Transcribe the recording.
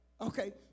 Okay